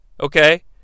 Okay